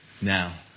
Now